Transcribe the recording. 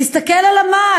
תסתכל על המה.